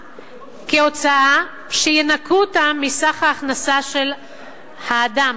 כהוצאה שינכו אותה מסך ההכנסה של האדם,